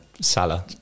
Salah